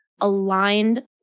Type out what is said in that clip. aligned